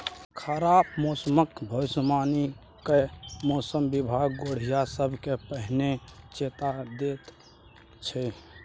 खराब मौसमक भबिसबाणी कए मौसम बिभाग गोढ़िया सबकेँ पहिने चेता दैत छै